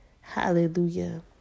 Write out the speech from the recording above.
Hallelujah